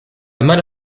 might